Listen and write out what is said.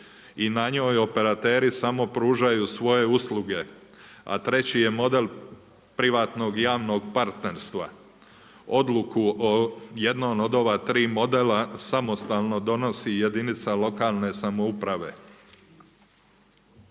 i na njoj operateri samo pružaju svoje usluge. A treći je model, privatnog, javnog partnerstva. Odluku o jednom od ova 3 modela, samostalno donosi jedinica lokalne samouprave.